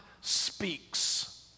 speaks